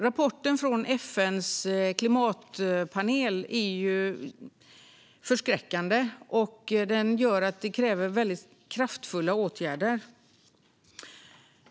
Rapporten från FN:s klimatpanel är förskräckande och kräver kraftfulla åtgärder.